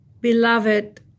beloved